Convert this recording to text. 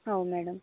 हो मॅडम